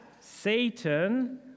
Satan